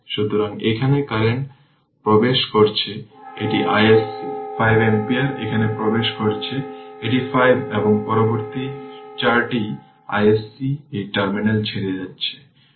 সুতরাং এখানে কারেন্ট প্রবেশ করছে এটি iSC 5 অ্যাম্পিয়ার এখানেও প্রবেশ করছে এটি 5 এবং পরবর্তী 4টি iSC এই টার্মিনাল ছেড়ে যাচ্ছে